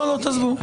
תעזבו.